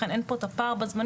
לכן אין פה את הפער בזמנים,